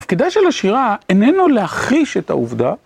תפקידה של השירה איננו להכחיש את העובדה.